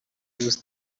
virusi